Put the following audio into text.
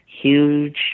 huge